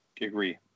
agree